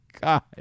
God